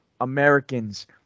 Americans